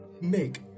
make